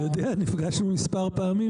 אני יודע, נפגשנו מספר פעמים.